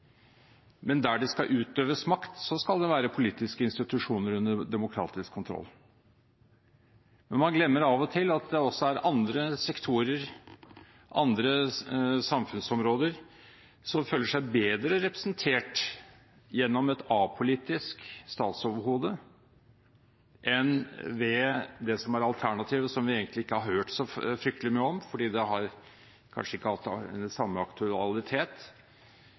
under demokratisk kontroll. Men man glemmer av og til at det også er andre sektorer, andre samfunnsområder, som føler seg bedre representert gjennom et apolitisk statsoverhode enn ved det som er alternativet, som vi egentlig ikke har hørt så fryktelig mye om, fordi det kanskje ikke alltid har hatt samme aktualitet.